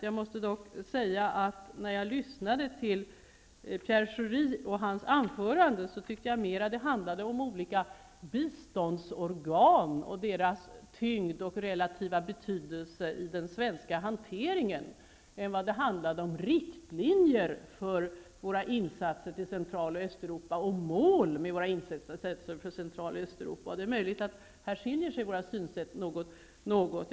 Jag måste dock säga att när jag lyssnade till Pierre Schoris anförande, tyckte jag att det mera handlade om olika biståndsorgan och deras tyngd och relativa betydelse i den svenska hanteringen än vad det handlade om riktlinjer för våra insatser för Centraloch Östeuropa, och vårt mål med dessa insatser. Det är möjligt att våra synsätt här skiljer sig något.